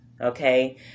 okay